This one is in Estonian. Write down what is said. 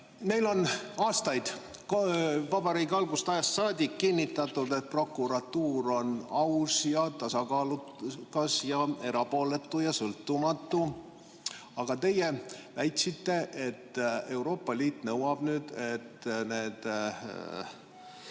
Meile on aastaid, vabariigi algusajast saadik kinnitatud, et prokuratuur on aus ja tasakaalukas ja erapooletu ja sõltumatu. Aga teie väitsite, et Euroopa Liit nõuab, et need